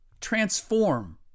Transform